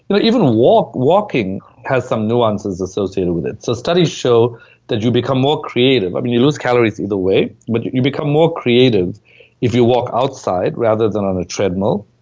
you know, even walking has some nuances associated with it. so studies show that you become more creative. i mean, you lose calories either way, but you you become more creative if you walk outside rather than on a treadmill,